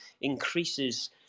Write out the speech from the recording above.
increases